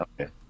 okay